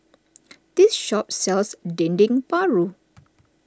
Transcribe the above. this shop sells Dendeng Paru